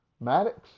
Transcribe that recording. Maddox